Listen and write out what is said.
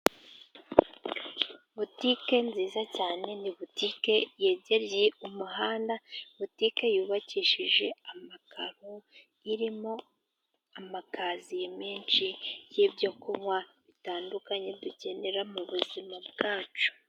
Butike nziza cyane ni butike yegereye umuhanda, butike yubakishije amakaro, irimo amakaziye menshi y'ibyo kunywa bitandukanye dukenera mu buzima bwacu.